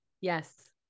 Yes